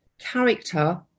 character